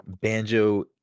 Banjo